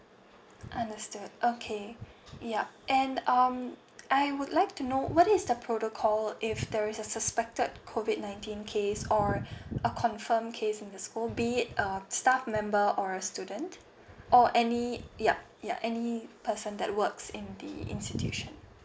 understood okay yup and um I would like to know what is the protocol if there is a suspected COVID nineteen case or a confirmed case in the school be it uh staff member or a student or any yup ya any person that works in the institution